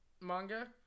manga